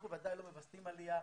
אנחנו ודאי לא מווסתים את העלייה.